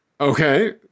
Okay